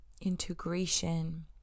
integration